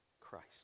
Christ